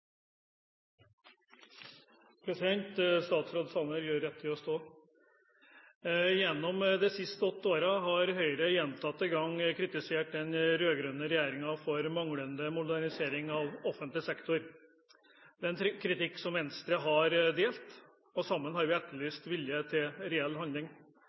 Statsråd Sanner gjør rett i å bli stående! Gjennom de siste åtte årene har Høyre gjentatte ganger kritisert den rød-grønne regjeringen for manglende modernisering av offentlig sektor. Det er en kritikk som Venstre har delt, og sammen har vi etterlyst vilje til reell handling.